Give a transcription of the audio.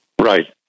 Right